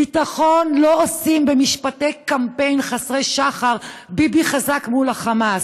ביטחון לא עושים במשפטי קמפיין חסרי שחר: ביבי חזק מול החמאס.